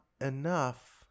enough